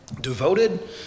devoted